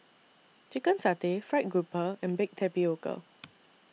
Chicken Satay Fried Grouper and Baked Tapioca